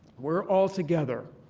we're all together.